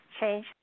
change